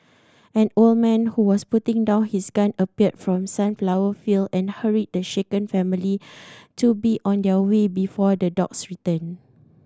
an old man who was putting down his gun appeared from sunflower field and hurried the shaken family to be on their way before the dogs return